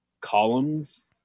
columns